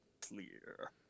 clear